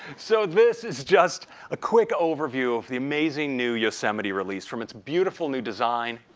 so, this is just a quick overview of the amazing new yosemite release from its beautiful new design,